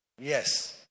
yes